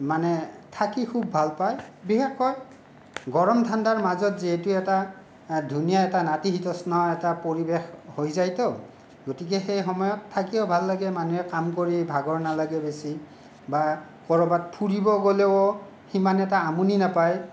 মানে থাকি খুব ভাল পায় বিশেষকৈ গৰম ঠাণ্ডাৰ মাজত যিহেতু এটা ধুনীয়া এটা নাতিশীতোষ্ণ এটা পৰিৱেশ হৈ যায়তো গতিকে সেই সময়ত থাকিও ভাল লাগে মানুহে কাম কৰি ভাগৰ নালাগে বেছি বা ক'ৰবাত ফুৰিব গ'লেও সিমান এটা আমনি নাপায়